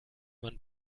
man